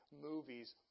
movies